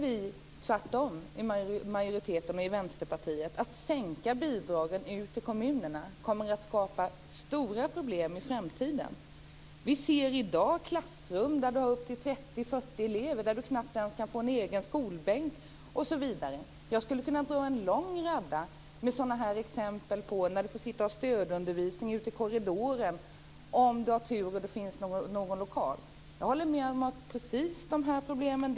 Vi i majoriteten och i Vänsterpartiet anser tvärtom att sänkta bidrag ut till kommunerna kommer att skapa stora problem i framtiden. Vi ser i dag klassrum där det kan finnas upp till 30, 40 elever, där eleverna knappt kan få en egen skolbänk osv. Jag skulle kunna dra upp en lång radda med sådana exempel. Man kan få sitta och ha stödundervisning ute i korridoren om man har tur och det finns någon lokal. Jag håller med om att precis de här problemen finns.